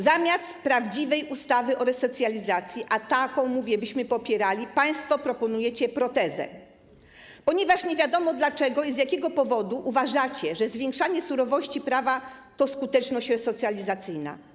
Zamiast prawdziwej ustawy o resocjalizacji, a taką, jak mówię, byśmy popierali, państwo proponujecie protezę, ponieważ nie wiadomo, dlatego i z jakiego powodu uważacie, że zwiększanie surowości prawa to skuteczność resocjalizacyjna.